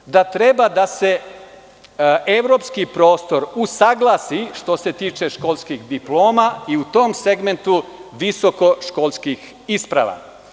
Kaže da treba da se evropski prostor usaglasi, što se tiče školskih diploma, i u tom segmentu visokoškolskih isprava.